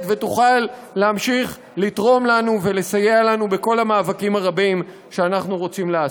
ותוכל להמשיך לתרום לנו ולסייע לנו בכל המאבקים הרבים שאנחנו רוצים לעשות.